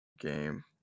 game